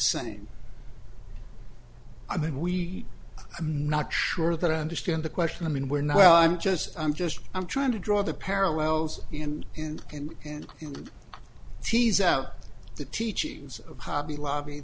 same i mean we i'm not sure that i understand the question i mean we're not well i'm just i'm just i'm trying to draw the parallels and in kind and tease out the teachings of hobby lobby